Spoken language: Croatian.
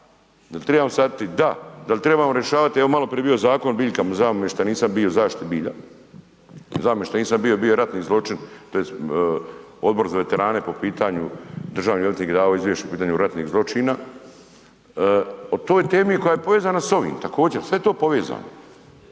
Dal trebamo rješavati, evo maloprije je bio Zakon o biljkama, žao mi je šta nisam bio zaštiti bilja, žao mi je šta nisam bio, bio je ratni zločin tj. Odbor za veterane po pitanju državni odvjetnik je davao izvješće po pitanju radnih zločina, o toj temi koja je povezana s ovim također, sve je to povezano.